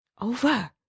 Over